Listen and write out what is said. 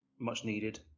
much-needed